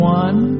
one